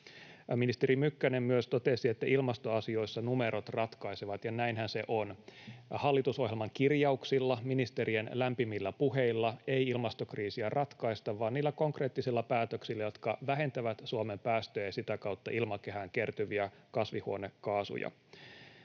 Ministeri Mykkänen myös totesi, että ilmastoasioissa numerot ratkaisevat, ja näinhän se on. Hallitusohjelman kirjauksilla ja ministerien lämpimillä puheilla ei ilmastokriisiä ratkaista vaan niillä konkreettisilla päätöksillä, jotka vähentävät Suomen päästöjä ja sitä kautta ilmakehään kertyviä kasvihuonekaasuja.